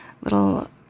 little